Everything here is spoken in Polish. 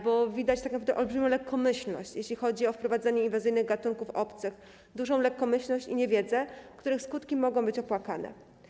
Bo widać tak naprawdę olbrzymią lekkomyślność, jeśli chodzi o wprowadzanie inwazyjnych gatunków obcych, dużą lekkomyślność i niewiedzę, których skutki mogą być opłakane.